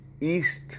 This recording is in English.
east